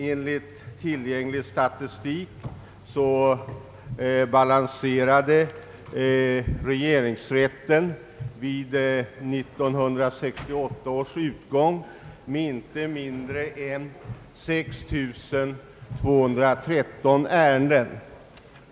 Enligt tillgänglig statistik släpade regeringsrätten vid 1968 års utgång efter med inte mindre än 6 213 ärenden.